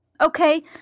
Okay